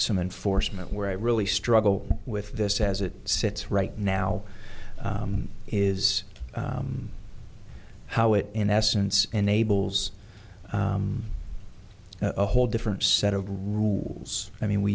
some enforcement where i really struggle with this as it sits right now is how it in essence enables a whole different set of rules i mean we